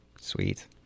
sweet